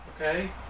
Okay